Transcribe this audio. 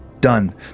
Done